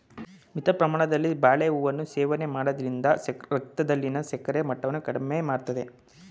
ಮಿತ ಪ್ರಮಾಣದಲ್ಲಿ ಬಾಳೆಹೂವನ್ನು ಸೇವನೆ ಮಾಡೋದ್ರಿಂದ ರಕ್ತದಲ್ಲಿನ ಸಕ್ಕರೆ ಮಟ್ಟವನ್ನ ಕಡಿಮೆ ಮಾಡ್ತದೆ